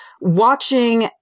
watching